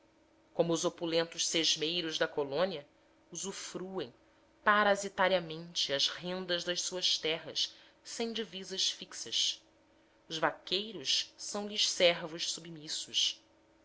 como os opulentos sesmeiros da colônia usufruem parasitariamente as rendas das suas terras sem divisas fixas os vaqueiros são lhes servos submissos